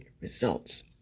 results